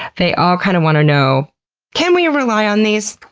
they all kind of want to know can we rely on these?